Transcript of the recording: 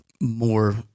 more